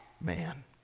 man